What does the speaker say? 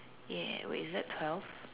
yeah wait is that twelve